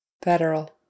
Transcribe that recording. Federal